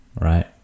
right